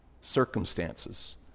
circumstances